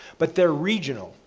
but they're regional.